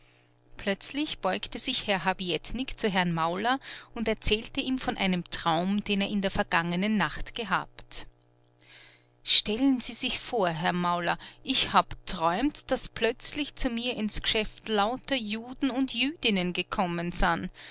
plötzlich beugte sich herr habietnik zu herrn mauler und erzählte ihm von einem traum den er in der vergangenen nacht gehabt stellen sie sich vor herr mauler i hab g'träumt daß plötzlich zu mir ins geschäft lauter juden und jüdinnen gekommen san